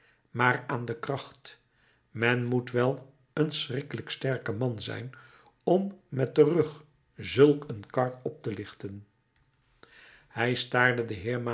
maar aan de kracht men moet wel een schrikkelijk sterk man zijn om met den rug zulk een kar op te lichten hij staarde den